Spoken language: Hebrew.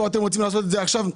קודם,